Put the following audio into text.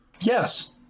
yes